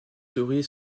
souris